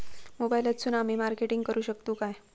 मोबाईलातसून आमी मार्केटिंग करूक शकतू काय?